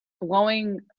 blowing